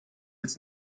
ist